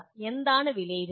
എന്താണ് വിലയിരുത്തൽ